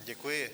Děkuji.